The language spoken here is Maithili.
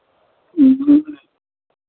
ह्म्म